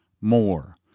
more